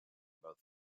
both